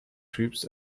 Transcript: trips